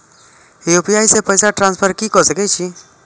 UPI से पैसा transfer की सके छी?